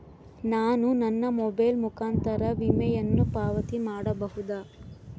ನಾನು ನನ್ನ ಮೊಬೈಲ್ ಮುಖಾಂತರ ವಿಮೆಯನ್ನು ಪಾವತಿ ಮಾಡಬಹುದಾ?